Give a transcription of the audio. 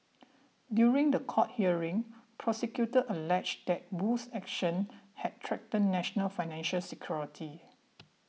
during the court hearing prosecutors alleged that Wu's actions had threatened national financial security